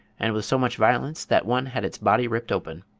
and with so much violence that one had its body ripped open.